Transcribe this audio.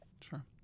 Sure